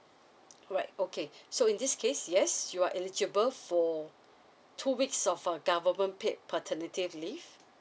alright okay so in this case yes you are eligible for two weeks of uh government paid paternity leave